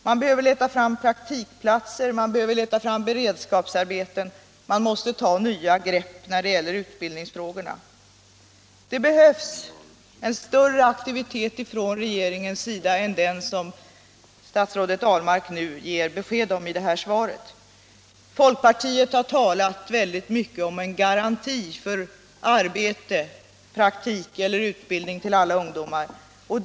Man behöver leta fram praktikplatser och beredskapsarbeten, man måste ta nya grepp när det gäller utbildningsfrågorna. Det behövs en större aktivitet från regeringens sida än den som statsrådet Ahlmark har gett besked om i det här svaret. Folkpartiet har talat väldigt mycket om en garanti för arbete, praktik eller utbildning till alla ungdomar.